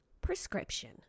Prescription